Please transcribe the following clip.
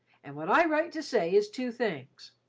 and what i write to say is two things.